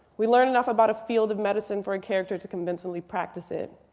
we learn enough about a field of medicine for a character to convincingly practice it.